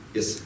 Yes